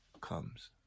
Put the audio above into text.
comes